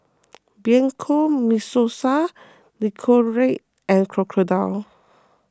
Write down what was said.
Bianco Mimosa Nicorette and Crocodile